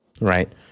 right